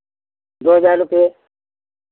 दो हज़ार रुपये